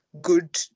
good